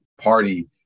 Party